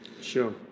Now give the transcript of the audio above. sure